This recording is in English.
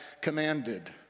commanded